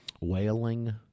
Wailing